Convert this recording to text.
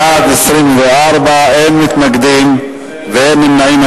בעד, 24, אין מתנגדים ואין נמנעים.